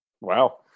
Wow